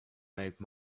make